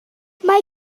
mae